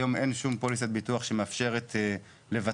היום אין שום פוליסת ביטוח שמאפשרת לבטח